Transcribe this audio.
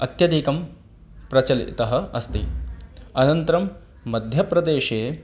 अत्यधिकं प्रचलितः अस्ति अनन्तरं मध्यप्रदेशे